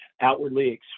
outwardly